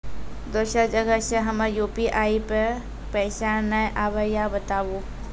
दोसर जगह से हमर यु.पी.आई पे पैसा नैय आबे या बताबू?